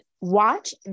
watch